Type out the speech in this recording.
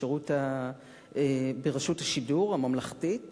ברשות השידור הממלכתית